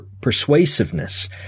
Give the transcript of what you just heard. persuasiveness